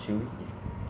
like SweetTalk